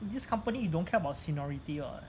this company don't care about seniority [what]